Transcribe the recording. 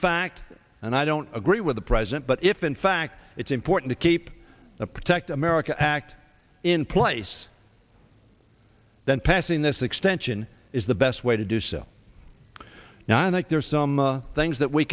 fact and i don't agree with the president but if in fact it's important to keep the protect america act in place then passing this extension is the best way to do so now that there are some things that we